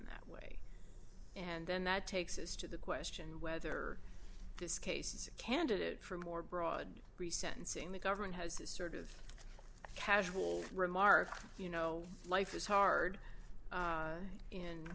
that way and then that takes us to the question whether this case is a candidate for a more broad pre sentencing the government has this sort of casual remark you know life is hard